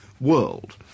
world